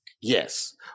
Yes